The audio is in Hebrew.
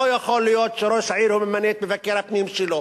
לא יכול להיות שראש העיר ממנה את מבקר הפנים שלו,